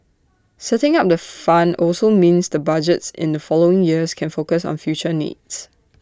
setting up the fund also means the budgets in the following years can focus on future needs